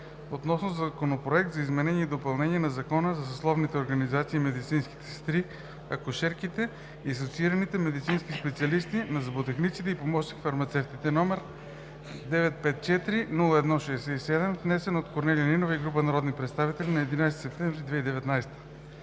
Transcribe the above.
относно Законопроект за изменение и допълнение на Закона за съсловните организации на медицинските сестри, акушерките и асоциираните медицински специалисти, на зъботехниците и на помощник-фармацевтите, № 954-01-67, внесен от Корнелия Нинова и група народни представители на 11 септември 2019